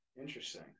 Interesting